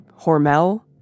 Hormel